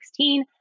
2016